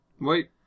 Wait